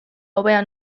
hobea